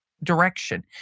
direction